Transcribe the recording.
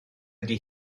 ydy